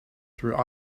through